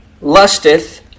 lusteth